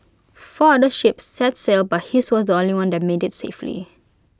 four other ships set sail but his was the only one that made IT safely